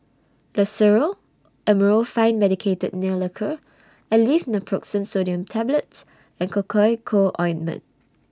Loceryl Amorolfine Medicated Nail Lacquer Aleve Naproxen Sodium Tablets and Cocois Co Ointment